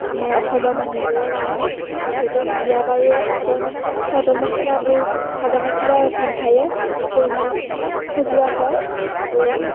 আমাৰ অসমৰ মানুহবোৰৰ কাৰণে যিহেতু বিয়ায়ে বাৰুৱে চাদৰ মেখে চাদৰ মেখেলাবোৰ চাদৰ মেখেলা পিন্ধায়েই কইনা সজোৱা হয় আৰু